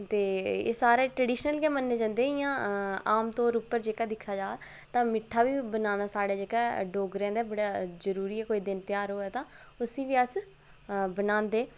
ते एह् सारे ट्रेडिशनल गै मन्ने जंदे इ'यां आमतौर पर जेह्का दिक्खेआ जा तां मिट्ठा बी बनाना साढ़े डोगरें दा बड़ा जरूरी ऐ कोई ध्यार होऐ तां उसी अस बनांदे